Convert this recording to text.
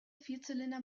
vierzylinder